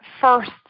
first